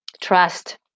Trust